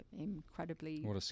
incredibly